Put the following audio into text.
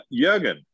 Jürgen